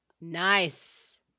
nice